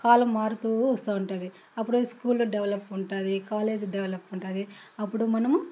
కాలం మారుతూ వస్తూ ఉంటుంది అప్పుడు స్కూల్ డెవలప్ ఉంటుంది కాలేజీ డెవలప్ ఉంటుంది అప్పుడు మనము